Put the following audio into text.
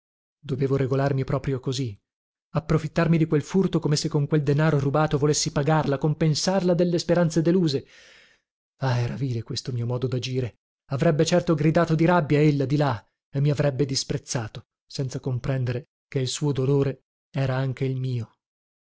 dovevo regolarmi proprio così approfittarmi di quel furto come se con quel denaro rubato volessi pagarla compensarla delle speranze deluse ah era vile questo mio modo dagire avrebbe certo gridato di rabbia ella di là e mi avrebbe disprezzato senza comprendere che il suo dolore era anche il mio